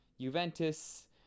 Juventus